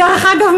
דרך אגב,